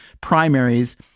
primaries